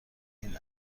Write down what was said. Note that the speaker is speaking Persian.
این